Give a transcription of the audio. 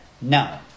No